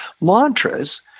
Mantras